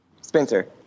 Spencer